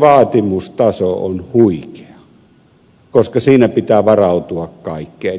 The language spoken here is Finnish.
vaatimustaso on huikea koska siinä pitää varautua kaikkeen